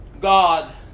God